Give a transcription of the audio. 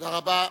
תודה רבה.